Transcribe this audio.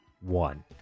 one